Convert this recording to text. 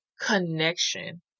connection